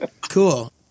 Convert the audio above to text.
Cool